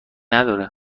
نداره